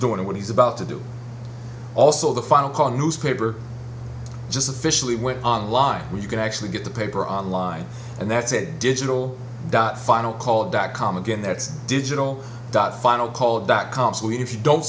doing what he's about to do also the final call newspaper just officially went online and you can actually get the paper online and that's it digital dot final call dot com again that's digital dot final call dot com so if you don't